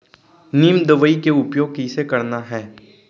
नीम दवई के उपयोग कइसे करना है?